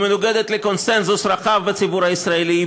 היא מנוגדת לקונסנזוס רחב בציבור הישראלי,